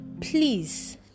please